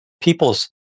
people's